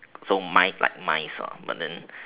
so my like mice ah but then